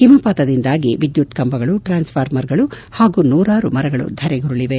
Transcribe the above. ಹಿಮಪಾತದಿಂದಾಗಿ ವಿದ್ಯುತ್ ಕಂಬಗಳು ಟ್ರಾನ್ಸ್ಫಾರ್ಮರ್ಗಳು ಹಾಗೂ ನೂರಾರು ಮರಗಳು ಧರೆಗುರುಳವೆ